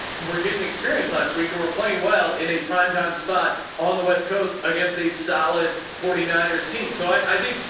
we're getting experienced last week and we're playing well in a primetime spot on the west coast against a solid forty niners team. so i think,